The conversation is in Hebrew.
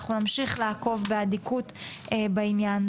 אנחנו נמשיך לעקוב באדיקות בעניין.